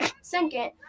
Second